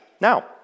Now